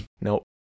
Nope